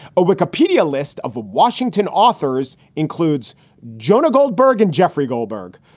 a wikipedia list of washington authors includes jonah goldberg and jeffrey goldberg.